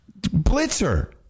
Blitzer